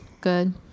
good